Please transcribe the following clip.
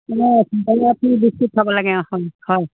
এনেই শাক পাচলিবোৰ বেছি খাব লাগে হয়